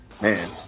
Man